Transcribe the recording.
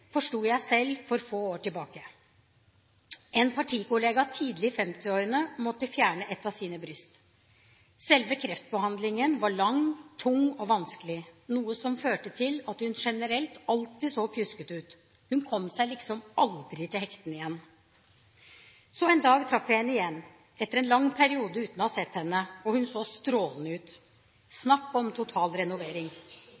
forsto jeg selv for få år tilbake. En partikollega tidlig i 50-årene måtte fjerne ett av sine bryst. Selve kreftbehandlingen var lang, tung og vanskelig, noe som førte til at hun generelt alltid så pjuskete ut. Hun kom seg liksom aldri til hektene igjen. Så en dag traff jeg henne igjen, etter en lang periode uten å ha sett henne, og hun så strålende ut.